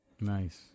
Nice